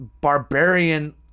barbarian